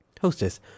hostess